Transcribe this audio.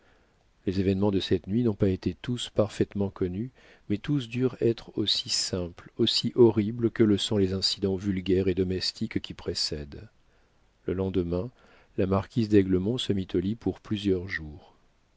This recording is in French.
les événements de cette nuit n'ont pas été tous parfaitement connus mais tous durent être aussi simples aussi horribles que le sont les incidents vulgaires et domestiques qui précèdent le lendemain la marquise d'aiglemont se mit au lit pour plusieurs jours